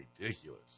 ridiculous